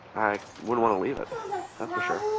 i wouldn't want to leave it, that's for sure.